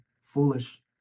foolish